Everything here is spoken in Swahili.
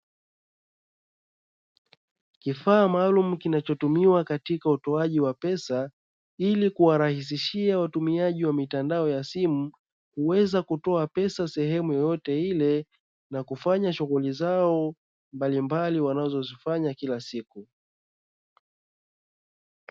Kifaa maalumu kinachotumiwa katika utoaji wa pesa. Ili kuwarahisishia watumiaji wa mitandao ya simu kuweza kutoa pesa sehemu yoyote ile, na kufanya shughuli zao mbalimbali wanazozifanya kila siku.